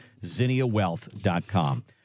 ZinniaWealth.com